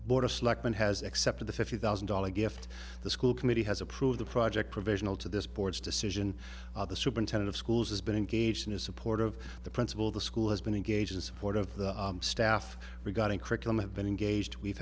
selectmen has accepted the fifty thousand dollars gift the school committee has approved the project provisional to this board's decision the superintendent of schools has been engaged in his support of the principal the school has been engaged in support of the staff regarding curriculum have been engaged we've